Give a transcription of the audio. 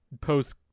post